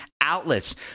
outlets